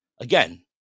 again